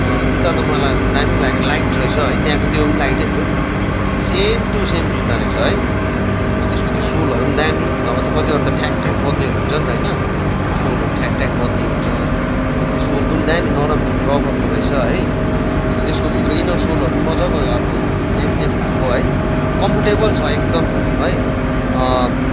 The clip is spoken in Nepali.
जुत्ता त मलाई दामी लाग्यो लाइट रहेछ है त्यहाँको त्यो पनि लाइटै थियो सेम टु सेम जुत्ता रहेछ है त्यसको त्यो सोलहरू पनि दामी नभए त कतिवटा त ठ्याक ठ्याक बज्नेहरू हुन्छ नि त होइन सोलहरू ठ्याक ठ्याक बज्ने हुन्छ त्यहाँदेखि त्यो सोल पुनि दामी नरम थियो रबरको रहेछ है अन्त त्यसकोभित्र इनर सोलहरू पनि मजाको अब न्याम न्यान भएको है कम्फोर्टेबल छ एकदम है